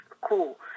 cool